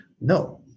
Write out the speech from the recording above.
No